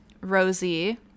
Rosie